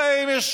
הרי אם יש